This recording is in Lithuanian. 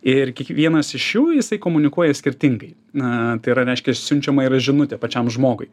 ir kiekvienas iš jų jisai komunikuoja skirtingai na tai yra reiškia siunčiama yra žinutę pačiam žmogui